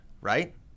right